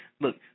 Look